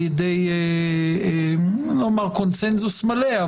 אני לא אומר קונצנזוס מלא,